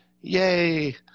Yay